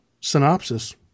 synopsis